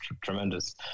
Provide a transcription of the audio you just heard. tremendous